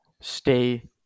stay